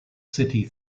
city